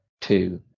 two